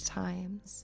times